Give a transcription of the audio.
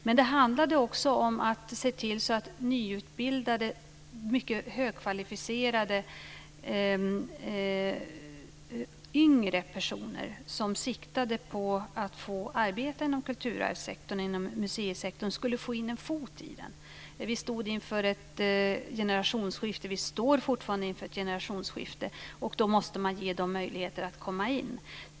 Men det handlade också om att se till så att nyutbildade, mycket högkvalificerade yngre personer, som siktade på att få arbeta inom kulturarvssektorn och inom museisektorn, skulle få in en fot i den. Vi stod inför ett generationsskifte, och vi står fortfarande inför ett generationsskifte, och då måste man ge dessa personer möjligheter att komma in.